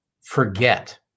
forget